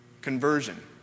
conversion